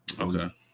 Okay